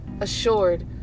assured